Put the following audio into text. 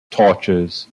tortures